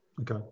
Okay